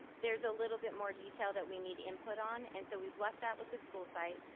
there's a little bit more detail that we need input on. and so we've left that with the school site,